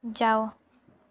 जाओ